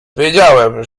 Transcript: wiedziałem